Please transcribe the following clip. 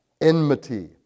Enmity